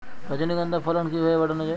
রজনীগন্ধা ফলন কিভাবে বাড়ানো যায়?